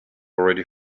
already